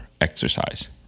exercise